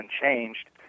unchanged